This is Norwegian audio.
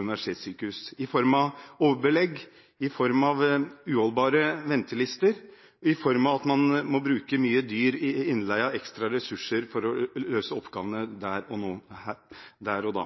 universitetssykehus i form av overbelegg, i form av uholdbare ventelister, i form av at man må bruke mye dyr innleie av ekstra ressurser for å løse oppgavene der og